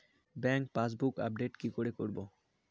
Bank passbook update কি করে করবো?